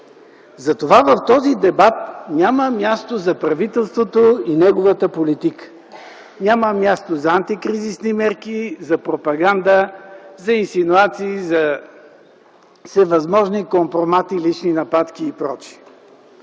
Затова в този дебат няма място за правителството и неговата политика, няма място за антикризисни мерки, за пропаганда, за инсинуации, за всевъзможни компромати, лични нападки и пр.